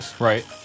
right